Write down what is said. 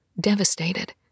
devastated